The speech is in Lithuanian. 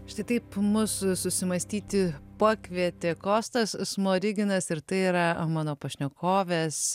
štai taip mus susimąstyti pakvietė kostas smoriginas ir tai yra mano pašnekovės